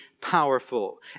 powerful